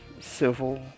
Civil